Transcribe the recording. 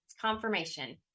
confirmation